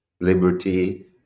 liberty